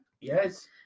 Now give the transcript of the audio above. Yes